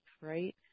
right